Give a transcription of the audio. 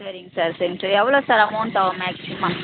சரிங்க சார் சரிங்க சார் எவ்வளோ சார் அமௌண்ட் ஆகும் மேக்ஸிமம்